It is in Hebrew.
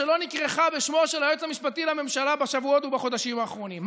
שלא נכרכה בשמו של היועץ המשפטי לממשלה בשבועות ובחודשים האחרונים.